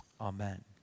Amen